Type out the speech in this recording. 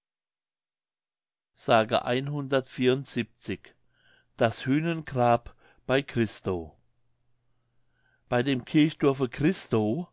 das hühnengrab bei gristow bei dem kirchdorfe gristow